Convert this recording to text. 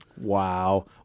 Wow